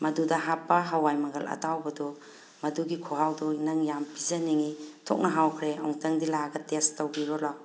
ꯃꯗꯨꯗ ꯍꯥꯞꯄ ꯍꯋꯥꯏ ꯃꯪꯒꯜ ꯑꯇꯥꯎꯕꯗꯣ ꯃꯗꯨꯒꯤ ꯈꯨꯍꯥꯎꯗꯣ ꯅꯪ ꯌꯥꯝ ꯄꯤꯖꯅꯤꯡꯉꯤ ꯑꯣꯟꯊꯣꯛꯅ ꯍꯥꯎꯈ꯭ꯔꯦ ꯑꯃꯨꯛꯇꯪꯗꯤ ꯂꯥꯛꯑꯒ ꯇꯦꯁ ꯇꯧꯕꯤꯔꯣ ꯂꯥꯎ